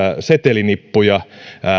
setelinippuja